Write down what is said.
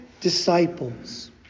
disciples